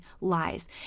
lies